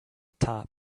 top